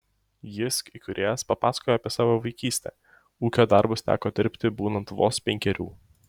jysk įkūrėjas papasakojo apie savo vaikystę ūkio darbus teko dirbti būnant vos penkerių